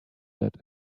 that